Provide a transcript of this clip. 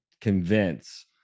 convince